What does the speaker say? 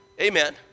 Amen